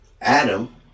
Adam